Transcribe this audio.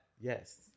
Yes